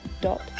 dot